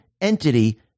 entity